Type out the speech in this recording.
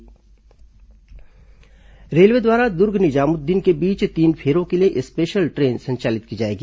train यात्री सुविधा railway द्वारा दुर्ग निजामुद्दीन के बीच तीन फेरों के लिए स्पेशल ट्रेन संचालित की जाएगी